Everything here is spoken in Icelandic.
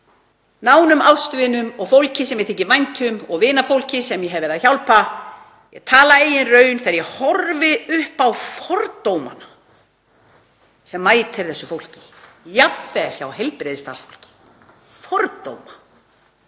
nánum ástvinum og fólki sem mér þykir vænt um og vinafólki sem ég hef verið að hjálpa. Ég tala af eigin raun þegar ég horfi upp á fordómana sem mæta þessu fólki, jafnvel hjá heilbrigðisstarfsfólki. Að